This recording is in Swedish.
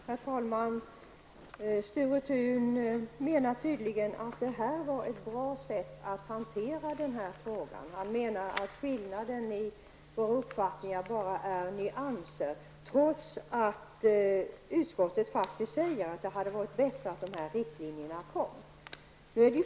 Herr talman! Sture Thun menar tydligen att detta var ett bra sätt att hantera den här frågan. Han menar att skillnaden i våra uppfattningar bara är nyanser trots att utskottet faktiskt säger att det hade varit bättre om dessa riktlinjer hade förelegat.